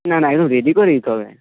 না না একদম রেডি করে দিতে হবে